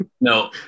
no